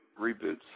reboots